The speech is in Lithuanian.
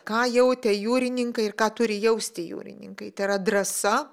ką jautė jūrininkai ir ką turi jausti jūrininkai tai yra drąsa